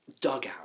dugout